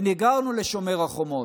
ונגררנו לשומר החומות.